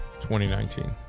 2019